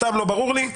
זה סתם לא ברור לי.